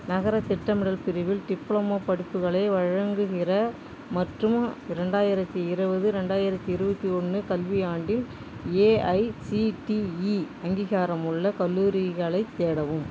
நகரத் திட்டமிடல் பிரிவில் டிப்ளமா படிப்புகளை வழங்குகிற மற்றும் ரெண்டாயிரத்து இருபது ரெண்டாயிரத்து இருபத்தி ஒன்று கல்வியாண்டில் ஏஐசிடிஇ அங்கீகாரமுள்ள கல்லூரிகளைத் தேடவும்